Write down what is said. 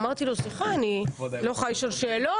אמרתי לו, סליחה, אני לא יכולה לשאול שאלות?